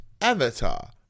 Avatar